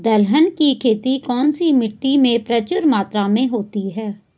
दलहन की खेती कौन सी मिट्टी में प्रचुर मात्रा में होती है?